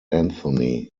anthony